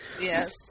Yes